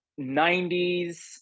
90s